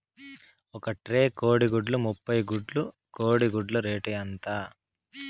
ఒక ట్రే కోడిగుడ్లు ముప్పై గుడ్లు కోడి గుడ్ల రేటు ఎంత?